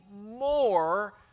more